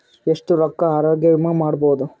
ಎಷ್ಟ ರೊಕ್ಕದ ಆರೋಗ್ಯ ವಿಮಾ ಮಾಡಬಹುದು?